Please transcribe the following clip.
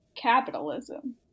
capitalism